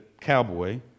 cowboy